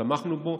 תמכנו בו,